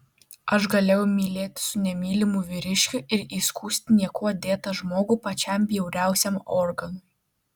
aš galėjau mylėtis su nemylimu vyriškiu ir įskųsti niekuo dėtą žmogų pačiam bjauriausiam organui